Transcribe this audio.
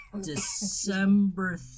december